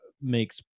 makes